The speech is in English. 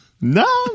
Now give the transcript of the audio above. No